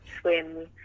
swim